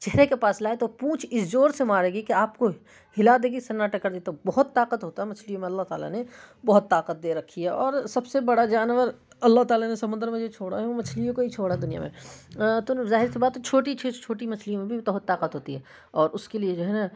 چہرے کے پاس لائیں تو پونچھ اس جور سے مارے گی کہ آپ کو ہلا دے گی سناٹا کر دے تو بہت طاقت ہوتا ہے مچھلیوں میں اللہ تعالیٰ نے بہت طاقت دے رکھی ہے اور سب سے بڑا جانور اللہ تعالیٰ نے سمندر میں جو چھوڑا ہے وہ مچھلیوں کو ہی چھوڑا ہے دنیا میں تو نا ظاہر سی بات ہے چھوٹی چیز چھوٹی مچھلیوں میں بھی بہت طاقت ہوتی ہے اور اس کے لیے جو ہے نا